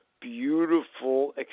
beautiful